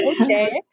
okay